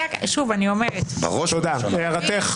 ליבי על עובדי הכנסת.